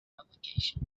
publication